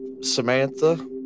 Samantha